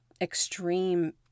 extreme